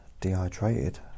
dehydrated